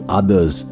others